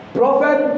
prophet